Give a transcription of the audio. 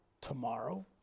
tomorrow